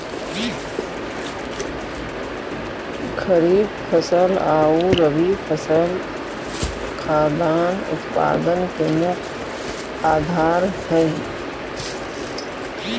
खरीफ फसल आउ रबी फसल खाद्यान्न उत्पादन के मुख्य आधार हइ